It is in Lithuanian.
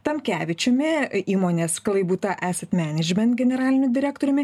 tamkevičiumi įmonės klaibuta esat menedžment generaliniu direktoriumi